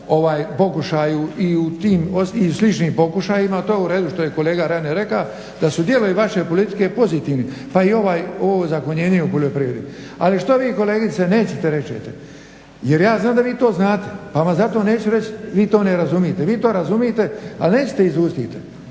ovom pokušaju i u sličnim pokušajima, to je uredu što je kolega Reine rekao da su dijelovi vaše politike pozitivni, pa i ovo ozakonjenje u poljoprivredi. Ali što vi kolegice nećete reći jer znam da vi to znate pa vam zato neću reći vi to ne razumijete, vi to razumite ali nećete izustiti,